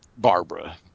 Barbara